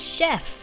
Chef